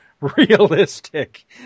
realistic